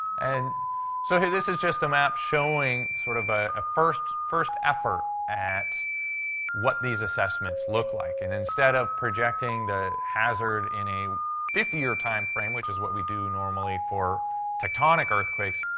and so here, this is just a map showing sort of ah ah a first effort at what these assessments look like. and instead of projecting the hazard in a fifty year timeframe, which is what we do normally for tectonic earthquakes,